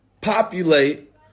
populate